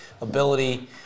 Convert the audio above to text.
ability